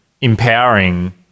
empowering